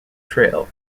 trail